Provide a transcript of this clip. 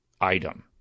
item